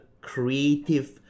creative